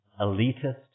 elitist